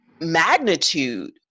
magnitude